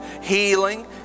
Healing